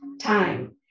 time